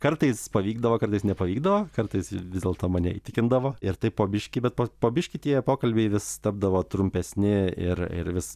kartais pavykdavo kartais nepavykdavo kartais vis dėlto mane įtikindavo ir taip po biškį bet po po biški tie pokalbiai vis tapdavo trumpesni ir ir vis